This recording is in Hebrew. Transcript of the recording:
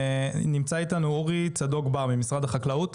נמצא איתנו אורי צוק-בר ממשרד החקלאות.